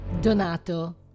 Donato